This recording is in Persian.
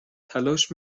تلاش